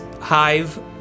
hive